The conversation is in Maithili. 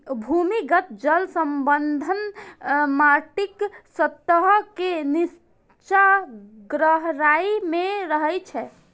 भूमिगत जल संसाधन माटिक सतह के निच्चा गहराइ मे रहै छै